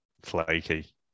flaky